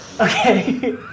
Okay